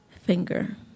finger